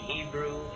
Hebrew